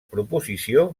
proposició